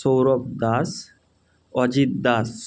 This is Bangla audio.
সৌরভ দাস অজিত দাস